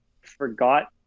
forgot